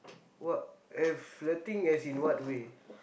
what I flirting as in what way